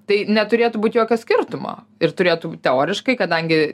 tai neturėtų būt jokio skirtumo ir turėtų teoriškai kadangi